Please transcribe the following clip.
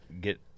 get